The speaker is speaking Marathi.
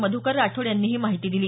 मधुकर राठोड यांनी ही माहिती दिली